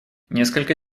несколько